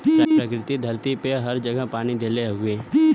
प्रकृति धरती पे हर जगह पानी देले हउवे